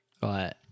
Right